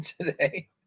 today